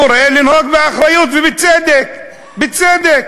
קורא לנהוג באחריות, ובצדק, בצדק,